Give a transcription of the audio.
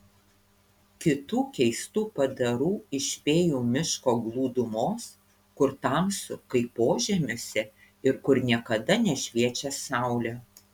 kitų keistų padarų iš fėjų miško glūdumos kur tamsu kaip požemiuose ir kur niekada nešviečia saulė